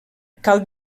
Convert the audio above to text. cal